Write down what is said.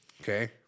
okay